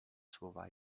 słowa